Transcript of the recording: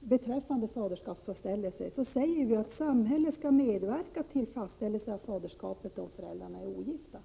beträffande faderskapsfastställelse säger vi att samhället skall medverka till fastställelse av faderskapet om föräldrarna är ogifta.